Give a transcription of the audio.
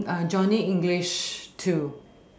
in johnny english too